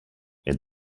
and